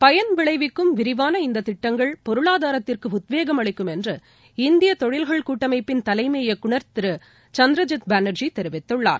பயன்விளைவிக்கும் விரிவான இந்த திட்டங்கள் பொருளாதாரத்திற்கு உத்வேகம் அளிக்கும் என்று இந்திய தொழில்கள் கூட்டமைப்பிள் தலைமை இயக்குநர் திரு சந்திரஜித் பானர்ஜி தெரிவித்துள்ளார்